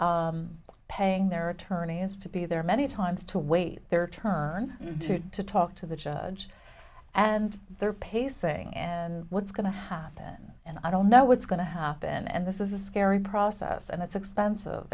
e paying their attorney has to be there many times to wait their turn to to talk to the judge and they're pacing and what's going to happen and i don't know what's going to happen and this is a scary process and it's expensive